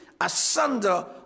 asunder